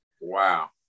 Wow